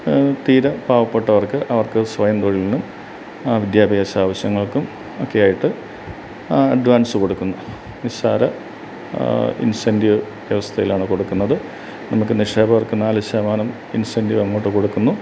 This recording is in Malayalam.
തീരെ പാവപ്പെട്ടവര്ക്ക് അവര്ക്കു സ്വയം തൊഴിലിനും ആ വിദ്യാഭ്യാസ ആവശ്യങ്ങള്ക്കും ഒക്കെയായിട്ട് അഡ്വാൻസ് കൊടുക്കുന്നു നിസ്സാര ഇന്സെൻ്റീവ് വ്യവസ്ഥയിലാണ് കൊടുക്കുന്നത് നിങ്ങൾക്ക് നിക്ഷേപകര്ക്കു നാലു ശതമാനം ഇന്സെൻ്റീവ് അങ്ങോട്ടു കൊടുക്കുന്നു